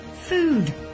food